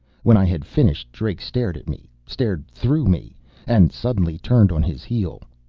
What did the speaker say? when i had finished. drake stared at me stared through me and suddenly turned on his heel.